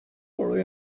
for